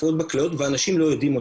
הפרעות בכליות ואנשים לא יודעים אותם.